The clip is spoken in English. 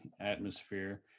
atmosphere